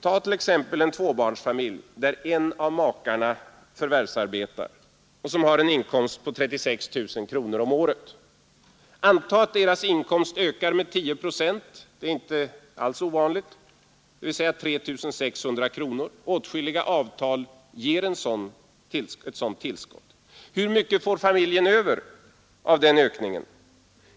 Tag t.ex. en tvåbarnsfamilj där en av makarna förvärvsarbetar och har en inkomst på 36 000 kronor om året. Antag att inkomsten ökar med 10 procent, dvs. 3 600 kronor. Det är inte alls ovanligt — åtskilliga avtal ger ett sådant tillskott. Hur mycket får familjen över av den ökningen?